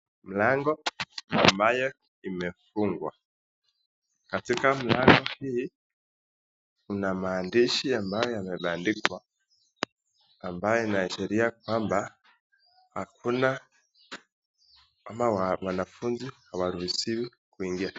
Mlango ambayo imefungwa katika mlango hii kuna maandishi ambayo yamebandikwa ambayo inaashiria kwamba hakuna ama wanafunzi hawaruhusiwi kuingia.